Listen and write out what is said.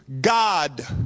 God